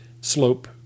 slope